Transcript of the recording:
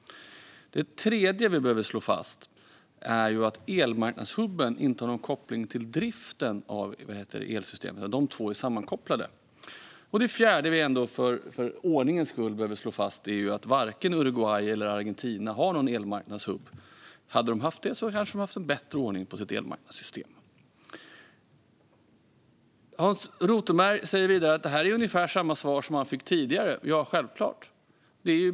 Det tredje vi behöver slå fast är att elmarknadshubben inte har någon koppling till driften av elsystemet när de två är sammankopplade. Det fjärde som vi för ordningens skull behöver slå fast är att varken Uruguay eller Argentina har någon elmarknadshubb. Om de hade haft det kanske de hade haft en bättre ordning på sitt elmarknadssystem. Hans Rothenberg säger att det här är ungefär samma svar som han fått tidigare. Ja, självklart.